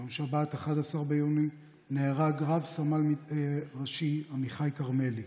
ביום שבת, 11 ביוני, נהרג רס"ר עמיחי כרמלי,